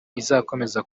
izakomeza